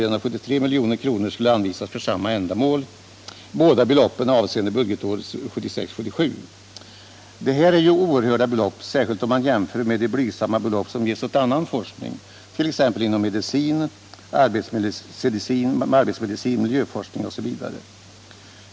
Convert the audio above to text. Detta är ju oerhörda belopp, särskilt om man jämför med de blygsamma summor som ges åt annan forskning, t.ex. inom medicin, arbetsmedicin och miljöforskning.